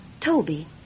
Toby